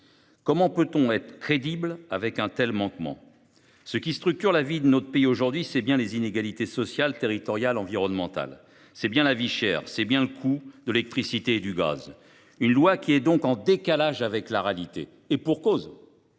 Comment peut on être crédible avec un tel manquement ? Ce qui structure la vie de notre pays, ce sont bien les inégalités sociales, territoriales, environnementales ; c’est bien la vie chère ; c’est bien le coût de l’électricité et du gaz. Ce projet de loi est donc en décalage avec la réalité. Et pour cause